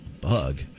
Bug